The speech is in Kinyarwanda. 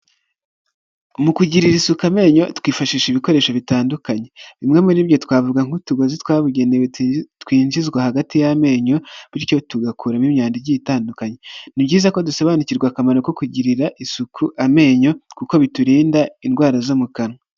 Mu kugirira isuku amenyo, twifashisha ibikoresho bitandukanye, bimwe muri ibyo twavuga nk'utugozi twabugenewe, twinjizwa hagati y'amenyo, bityo tugakuramo imyanda igiye itandukanye, ni byiza ko dusobanukirwa akamaro ko kugirira isuku amenyo, kuko biturinda indwara zo mu kanwa.